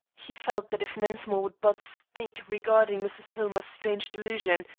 he felt that if mensmore would but speak regarding mrs. hillmer's strange delusion,